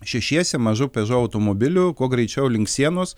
šešiese mažu pežo automobiliu kuo greičiau link sienos